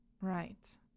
right